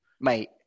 Mate